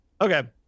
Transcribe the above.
Okay